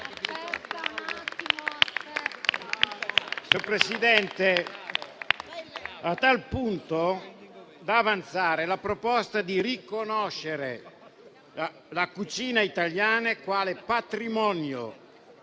fino al punto da avanzare la proposta di riconoscere la cucina italiana quale patrimonio